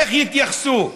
איך יתייחסו?